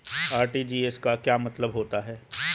RTGS का क्या मतलब होता है?